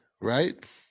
right